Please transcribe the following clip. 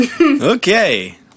Okay